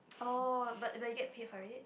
oh but but you get paid for it